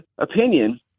opinion